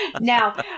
Now